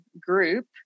group